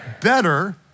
Better